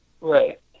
Right